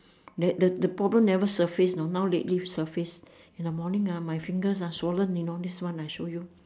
then the the problem never surface know now lately surface in the morning ah my fingers ah swollen you know this one I show you